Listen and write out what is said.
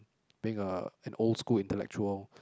being a an old school intellectual